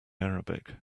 arabic